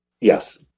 Yes